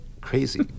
crazy